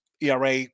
ERA